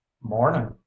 Morning